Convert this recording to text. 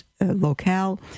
locale